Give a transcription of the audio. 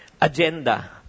Agenda